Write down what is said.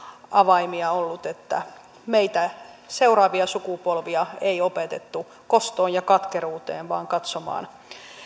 avaimia ollut että meitä seuraavia sukupolvia ei opetettu kostoon ja katkeruuteen vaan katsomaan